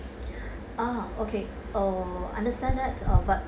ah okay uh understand that uh but